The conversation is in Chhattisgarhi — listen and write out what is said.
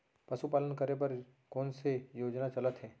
पशुपालन करे बर कोन से योजना चलत हे?